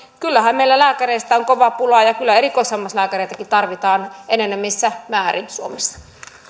kyllähän meillä lääkäreistä on kova pula ja ja kyllä erikoishammaslääkäreitäkin tarvitaan enenevissä määrin suomessa